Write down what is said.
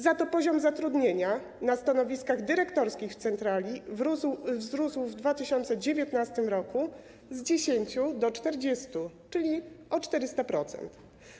Za to poziom zatrudnienia na stanowiskach dyrektorskich w centrali wzrósł w 2019 r. z 10 do 40, czyli o 400%.